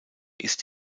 ist